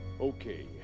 Okay